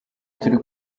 turi